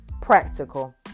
practical